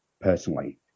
personally